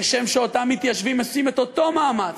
כשם שאותם מתיישבים עושים את אותו מאמץ,